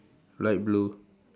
light blue